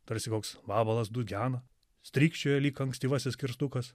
tarsi koks vabalas du gena strykčioja lyg ankstyvasis kirstukas